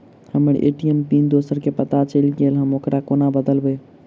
हम्मर ATM PIN दोसर केँ पत्ता चलि गेलै, हम ओकरा कोना बदलबै?